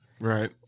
right